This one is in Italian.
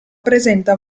presenta